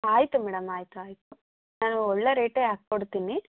ಆಯಿತು ಮೇಡಮ್ ಆಯಿತು ಆಯಿತು ನಾನು ಒಳ್ಳೆಯ ರೇಟೇ ಹಾಕ್ಕೊಡ್ತೀನಿ